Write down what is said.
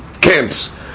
camps